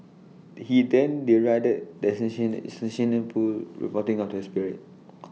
he then derided the reporting of the spirit